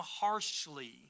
harshly